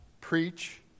preach